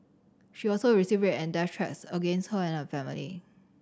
she also received and threats against her and her family